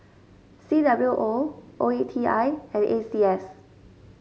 C W O O E T I and A C S